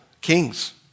kings